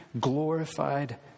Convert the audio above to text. glorified